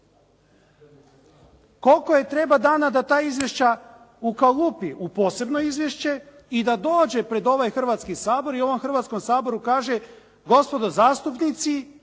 Koliko joj treba dana da ta izvješća ukalupi u posebno izvješće i da dođe pred ovaj Hrvatski sabor i ovom Hrvatskom saboru kaže gospodo zastupnici